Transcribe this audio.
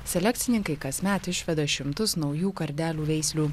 selekcininkai kasmet išveda šimtus naujų kardelių veislių